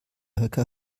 höcker